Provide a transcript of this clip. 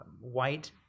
white